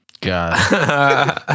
God